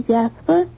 Jasper